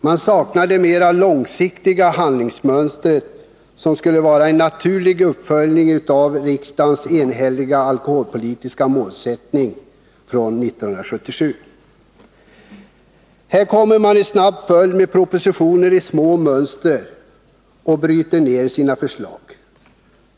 Jag saknar det mer långsiktiga handlingsmönstret, som skall vara en naturlig uppföljning av den alkoholpolitiska målsättning som riksdagen 1977 enhälligt fattade beslut om. Här lägger regeringen i snabb följd fram propositioner om detaljer och bryter ned sina förslag alltför mycket.